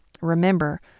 Remember